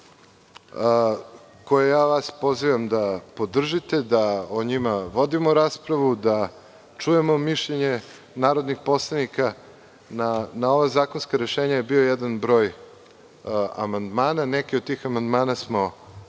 koje ja vas pozivam da podržite, da o njima vodimo raspravu, da čujemo mišljenje narodnih poslanika. Na ova zakonska rešenja je bio jedan broj amandmana, neki od tih amandmana smo